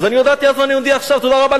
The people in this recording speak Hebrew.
אז הודעתי אז ואני מודיע עכשיו: תודה רבה,